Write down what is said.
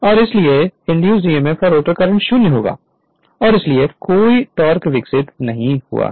और इसलिए induced emf और रोटर करंट 0 होगी और इसलिए कोई टोक़ विकसित नहीं हुआ है